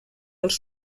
els